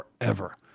forever